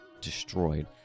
destroyed